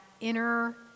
inner